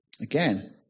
Again